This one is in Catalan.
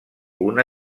una